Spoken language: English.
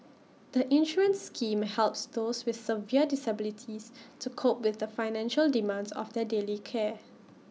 the insurance scheme helps those with severe disabilities to cope with the financial demands of their daily care